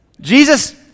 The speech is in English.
Jesus